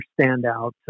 standout